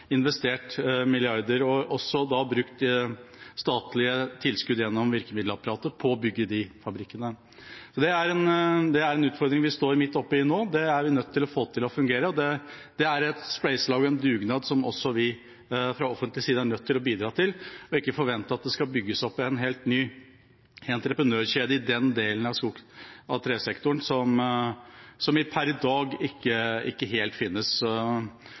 investert milliarder – og også brukt statlige tilskudd gjennom virkemiddelapparatet til å bygge disse fabrikkene. Det er en utfordring vi står midt oppe i nå. Dette er vi nødt til å få til å fungere. Det er et spleiselag og en dugnad som også vi på offentlig side er nødt til å bidra til – og ikke forvente at det skal bygges opp en helt ny entreprenørkjede i den delen av tresektoren som per i dag ikke helt finnes.